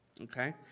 Okay